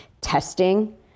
testing